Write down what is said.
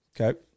Okay